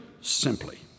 simply